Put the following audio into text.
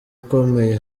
akomeye